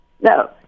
No